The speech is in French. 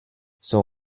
son